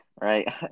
right